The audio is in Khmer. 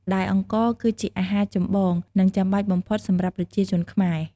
ដែលអង្ករ គឺជាអាហារចម្បង និងចាំបាច់បំផុតសម្រាប់ប្រជាជនខ្មែរ។